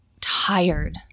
tired